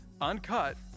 uncut